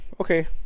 Okay